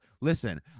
Listen